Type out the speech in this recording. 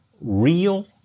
real